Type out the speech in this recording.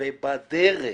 ואם בדרך,